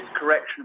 correction